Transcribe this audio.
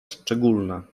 szczególne